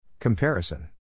Comparison